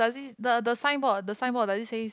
does it the the signboard the signboard does it says